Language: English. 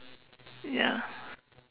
ya